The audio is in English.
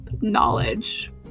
knowledge